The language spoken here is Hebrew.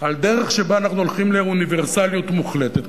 על הדרך שבה אנחנו הולכים לאוניברסליות מוחלטת,